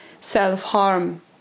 self-harm